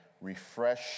refresh